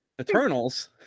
Eternals